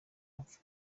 apfa